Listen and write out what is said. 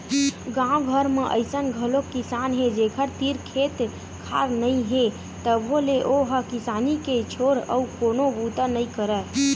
गाँव घर म अइसन घलोक किसान हे जेखर तीर खेत खार नइ हे तभो ले ओ ह किसानी के छोर अउ कोनो बूता नइ करय